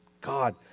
God